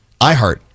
iHeart